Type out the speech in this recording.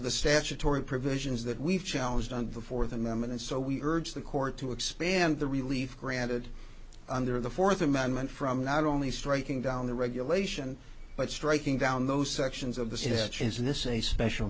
the statutory provisions that we've challenged on before them them and so we urge the court to expand the relief granted under the fourth amendment from not only striking down the regulation but striking down those sections of the statute is this a special